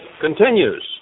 continues